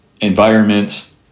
environments